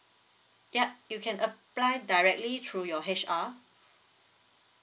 yup you can apply directly through your H_R